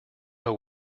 know